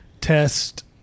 test